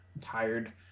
tired